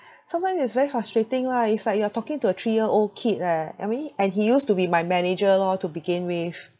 sometimes it's very frustrating lah it's like you are talking to a three year old kid leh I mean and he used to be my manager lor to begin with